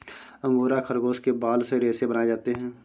angora खरगोश के बाल से रेशे बनाए जाते हैं